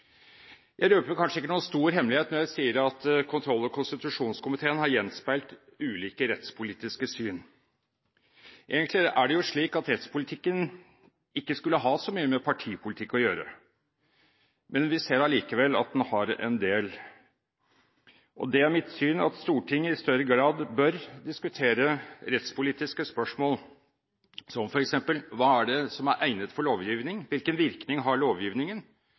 Jeg røper kanskje ikke noen stor hemmelighet når jeg sier at det i kontroll- og konstitusjonskomiteen har gjenspeilet seg ulike rettspolitiske syn. Egentlig er det jo slik at rettspolitikken ikke skulle ha så mye med partipolitikk å gjøre, men vi ser likevel at den har en del med det å gjøre. Det er mitt syn at Stortinget i større grad bør diskutere rettspolitiske spørsmål, som f.eks.: Hva er det som er egnet for lovgivning? Hvilken virkning har lovgivningen?